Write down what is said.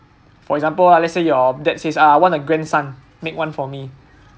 for example lah let's say your dad says ah I want a grandson make one for me